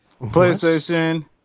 PlayStation